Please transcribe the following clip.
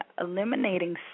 eliminating